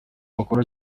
bakora